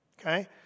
okay